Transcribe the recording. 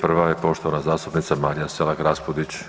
Prva je poštovana zastupnica Marija Selak Raspudić.